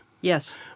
Yes